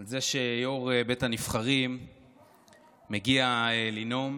על זה שיו"ר בית הנבחרים מגיע לנאום,